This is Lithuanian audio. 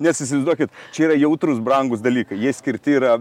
nes įsivaizduokit čia yra jautrūs brangūs dalykai jie skirti yra